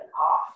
off